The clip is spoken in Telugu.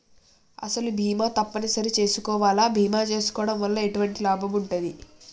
అసలు బీమా తప్పని సరి చేసుకోవాలా? బీమా చేసుకోవడం వల్ల ఎటువంటి లాభం ఉంటది?